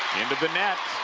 into the net.